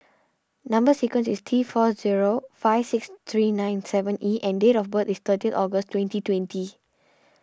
Number Sequence is T four zero five six three nine seven E and date of birth is thirty August twenty twenty